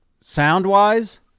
sound-wise